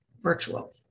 virtual